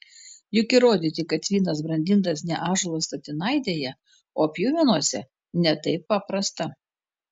juk įrodyti kad vynas brandintas ne ąžuolo statinaitėje o pjuvenose ne taip paprasta